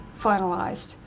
finalized